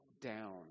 down